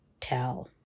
tell